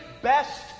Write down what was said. Best